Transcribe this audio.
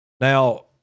Now